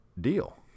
deal